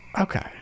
Okay